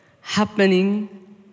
happening